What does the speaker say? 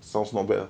sounds not bad